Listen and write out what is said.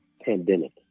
pandemic